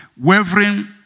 Wavering